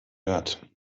wird